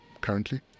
currently